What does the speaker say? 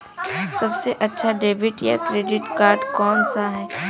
सबसे अच्छा डेबिट या क्रेडिट कार्ड कौन सा है?